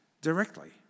directly